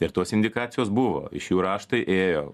ir tos indikacijos buvo iš jų raštai ėjo